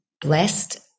blessed